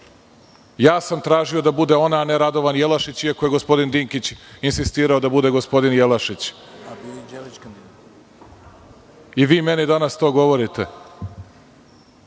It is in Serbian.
Ja sam tražio da bude ona a ne Radovan Jelašić iako je gospodin Dinkić insistirao da bude gospodin Jelašić. Vi meni danas to govorite,